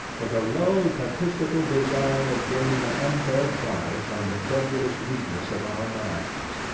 with a low papistical design of gaining an unfair bias on the credulous weakness of our minds.